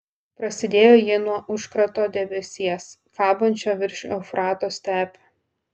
prasidėjo ji nuo užkrato debesies kabančio virš eufrato stepių